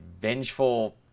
vengeful